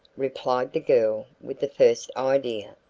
replied the girl with the first idea.